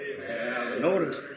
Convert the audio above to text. Notice